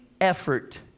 effort